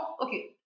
okay